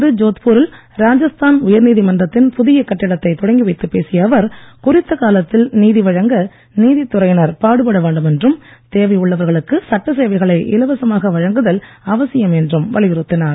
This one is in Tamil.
இன்று ஜோத்பூரில் ராஜஸ்தான் உயர்நீதிமன்றத்தின் புதிய கட்டிடத்தை தொடங்கி வைத்து பேசிய அவர் குறித்த காலத்தில் நீதி வழங்க நீதித்துறையினர் பாடுபட வேண்டும் என்றும் தேவை உள்ளவர்களுக்கு சட்டசேவைகளை இலவசமாக வழங்குதல் அவசியம் என்றும் வலியுறுத்தினார்